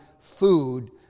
food